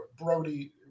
Brody